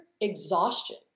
exhaustion